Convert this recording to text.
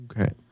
Okay